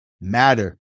matter